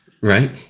right